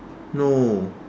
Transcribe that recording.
no